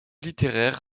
littéraire